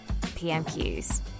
PMQs